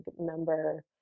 member